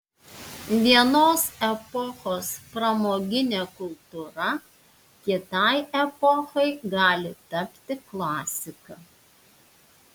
vienos epochos pramoginė kultūra kitai epochai gali tapti klasika